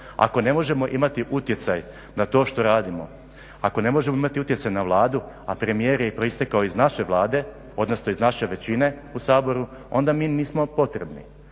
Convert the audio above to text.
ako ne možemo imati utjecaj na to što radimo, ako ne možemo imati utjecaj na Vladu, a premijer je proistekao iz naše Vlade, odnosno iz naše većine u Saboru, onda mi nismo potrebni.